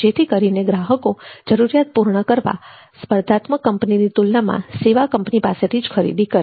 જેથી કરીને ગ્રાહકો જરૂરિયાત પૂર્ણ કરવા સ્પર્ધાત્મક કંપનીની તુલનામાં સેવા કંપની પાસેથી જ ખરીદી કરે